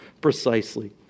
precisely